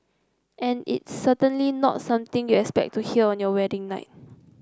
and it's certainly not something you has expect to hear on your wedding night